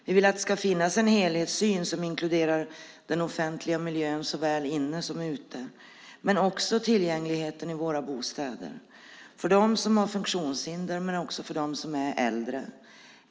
Vi vill att det ska finnas en helhetssyn som inkluderar den offentliga miljön såväl inne som ute men också tillgängligheten i våra bostäder för dem som har funktionshinder men också för dem som är äldre.